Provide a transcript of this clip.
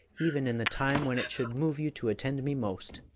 even in the time when it should move ye to attend me most,